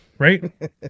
Right